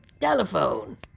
telephone